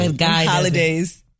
Holidays